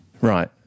Right